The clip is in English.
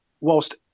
whilst